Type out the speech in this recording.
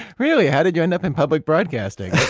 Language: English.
really, how did you end up in public broadcasting?